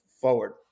forward